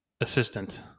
assistant